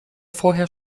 vorher